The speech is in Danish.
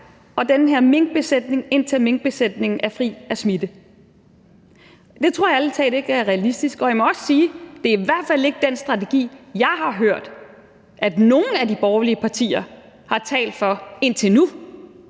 leve i isolation, indtil minkbesætningen er fri af smitte. Det tror jeg ærlig talt ikke ville være realistisk. Jeg må også sige, at det i hvert fald ikke er den strategi, jeg har hørt nogen af de borgerlige partier tale for indtil nu.